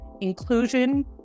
Inclusion